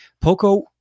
poco